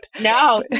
No